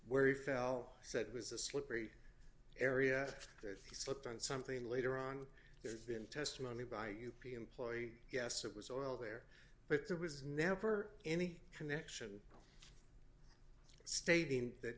where he fell said it was a slippery area that he slipped on something later on there's been testimony by u p a employee yes it was all there but there was never any connection stating that